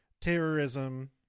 terrorism